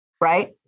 right